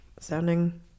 sounding